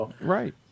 Right